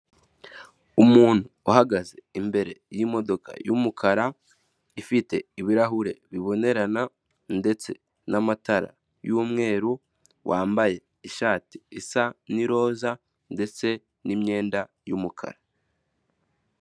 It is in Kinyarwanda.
Umuntu uhagaze imbere y'imodoka y'umukara, ifite ibirahure bibonerana, ndetse n'amatara y'umweru, wambaye ishati isa n'iroza, ndetse n'imyenda y'umukara.